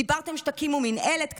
דיברתם על זה שתקימו מינהלת קטנה,